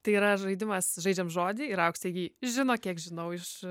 tai yra žaidimas žaidžiam žodį ir auksė jį žino kiek žinau iš